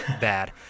bad